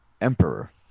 Emperor